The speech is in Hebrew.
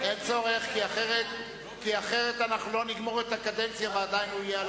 מאת חברי הכנסת דוד